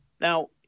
Now